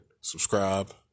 subscribe